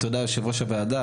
תודה יושב ראש הוועדה,